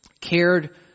cared